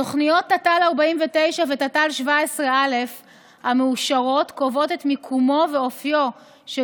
תוכניות תת"ל/49 ותת"ל/17/א המאושרות קובעות את מיקומו ואופיו של